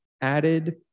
added